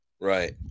right